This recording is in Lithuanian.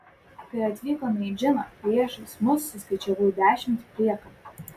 kai atvykome į džiną priešais mus suskaičiavau dešimt priekabų